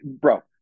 bro